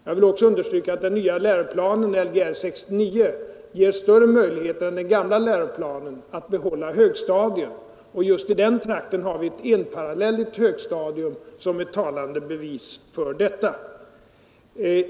Jag vill också understryka att den nya läroplanen, Lgr 69, ger större möjligheter än den gamla läroplanen att behålla högstadier. Just i den trakt den här diskussionen gäller har vi ett enparallelligt högstadium som ett talande bevis för detta.